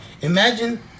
imagine